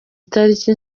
itariki